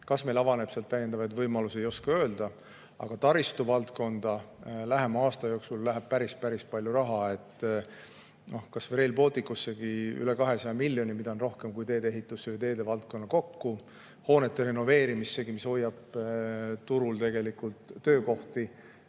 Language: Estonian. Kas meile avaneb sealt täiendavaid võimalusi, ei oska öelda. Aga taristuvaldkonda lähema aasta jooksul läheb päris palju raha. Kas või Rail Balticussegi läheb üle 200 miljoni, mida on rohkem kui tee-ehitusse või teevaldkonda kokku. Hoonete renoveerimisse, mis hoiab turul tegelikult töökohti,